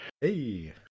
Hey